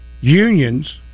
unions